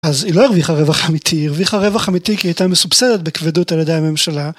אז היא לא הרוויחה רווח אמיתי, היא הרוויחה רווח אמיתי כי היא הייתה מסובסדת בכבדות על ידי הממשלה